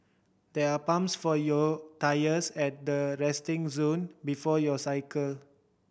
there are pumps for your tyres at the resting zone before you cycle